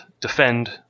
defend